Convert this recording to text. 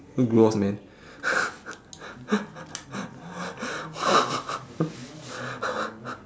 gross man